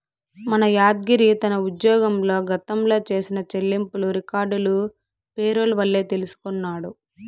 మన యాద్గిరి తన ఉజ్జోగంల గతంల చేసిన చెల్లింపులు రికార్డులు పేరోల్ వల్లే తెల్సికొన్నాడు